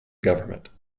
government